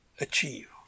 achieve